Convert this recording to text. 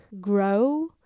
grow